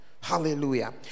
Hallelujah